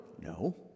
no